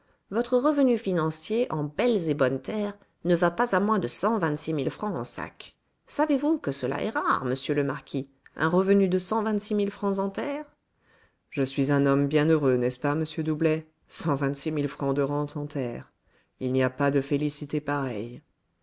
votre revenu financier en belles et bonnes terres ne va pas à moins de cent vingt-six mille francs en sacs savez-vous que cela est rare monsieur le marquis un revenu de cent vingt-six mille francs en terres je suis un homme bien heureux n'est-ce pas monsieur doublet cent vingt-six mille francs de rente en terres il n'y a pas de félicité pareille